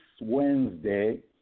Wednesday